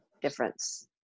difference